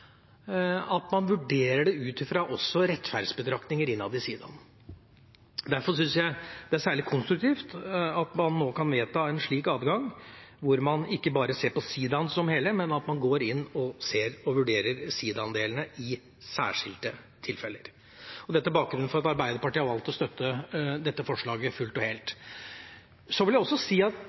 at man vurderer det ut fra også rettferdsbetraktninger innad i siidaen. Derfor syns jeg det er særlig konstruktivt at man nå kan vedta en slik adgang, hvor man ikke bare ser på siidaen som et hele, men at man går inn og ser og vurderer siidaandelene i særskilte tilfeller. Dette er bakgrunnen for at Arbeiderpartiet har valgt å støtte dette forslaget fullt og helt. Så vil jeg også si at